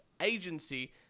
agency